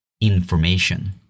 information